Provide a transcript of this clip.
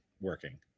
working